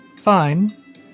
fine